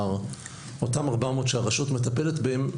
אותם ארבע מאות שהרשות מטפלת בהם,